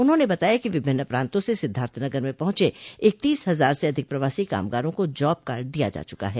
उन्होंने बताया कि विभिन्न प्रांतों से सिद्धार्थनगर में पहुंचे इकतीस हजार से अधिक प्रवासी कामगारों को जॉबकार्ड दिया जा चुका है